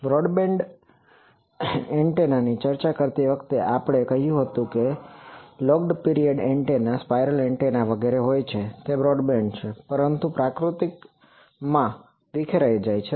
broadband એન્ટેનાની ચર્ચા કરતી વખતે આપણે કહ્યું કે log periodic antenna spiral antenna વગેરે હોય છે તે બ્રોડબેન્ડ છે પરંતુ તે પ્રકૃતિમાં વિખેરાઇ જાય છે